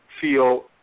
feel